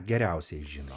geriausiai žino